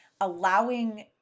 allowing